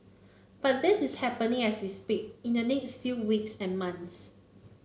but this is happening as we speak in the next few weeks and months